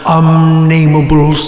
unnameable